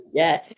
yes